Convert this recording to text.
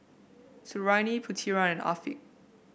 Suriani Putera and Afiq